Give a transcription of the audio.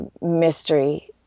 Mystery